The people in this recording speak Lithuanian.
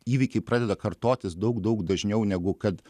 įvykiai pradeda kartotis daug daug dažniau negu kad